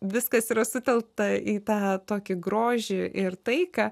viskas yra sutelkta į tą tokį grožį ir taiką